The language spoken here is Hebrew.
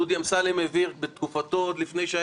דודי אמסלם העביר בתקופתו עוד לפני שהיה